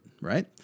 right